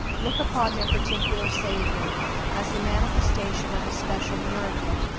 look upon their particular savior as the manifestation of a special miracle,